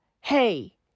hey